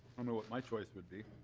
i know what my choice would be.